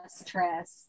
stress